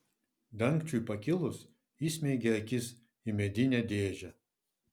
dangčiui pakilus įsmeigė akis į medinę dėžę